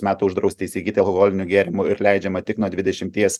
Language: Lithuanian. metų uždrausti įsigyt alkoholinių gėrimų ir leidžiama tik nuo dvidešimties